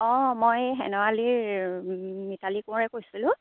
অঁ মই শেনআলিৰ মিতালী কোঁৱৰে কৈছিলোঁ